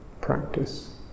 practice